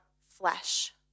flesh